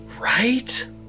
Right